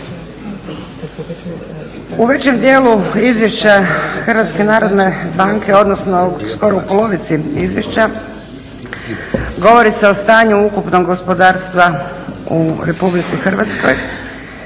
U većem dijelu izvješća HNB-a, odnosno skoro u polovici izvješća govori se o stanju ukupnog gospodarstva u Republici Hrvatskoj